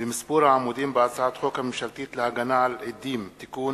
במספור העמודים בהצעת החוק הממשלתית להגנה על עדים (תיקון)